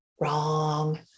wrong